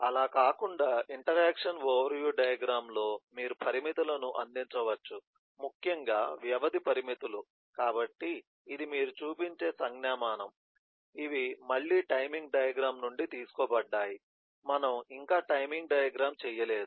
అలా కాకుండా interaction overview diagram లో మీరు పరిమితులను అందించవచ్చు ముఖ్యంగా వ్యవధి పరిమితులు కాబట్టి ఇది మీరు చూపించే సంజ్ఞామానం ఇవి మళ్ళీ టైమింగ్ డయాగ్రమ్ నుండి తీసుకోబడ్డాయి మనము ఇంకా టైమింగ్ డయాగ్రమ్ చేయలేదు